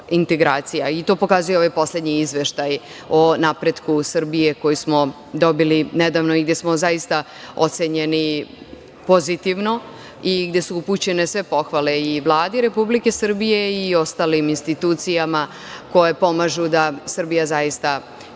To pokazuje i ovaj poslednji izveštaj o napretku Srbije koji smo dobili nedavno, gde smo zaista ocenjeni pozitivno, gde su upućene sve pohvale i Vladi Republike Srbije i ostalim institucijama koje pomažu da Srbija zaista ide